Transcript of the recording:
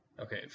okay